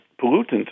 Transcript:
pollutant